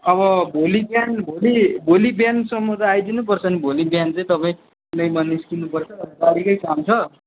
अब भोलि बिहान भोलि भोलि बिहानसम्म त आइदिनु पर्छ नि भोलि बिहान चाहिँ तपाईँ म निस्किनु पर्छ गाडी कै काम छ